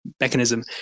mechanism